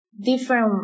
Different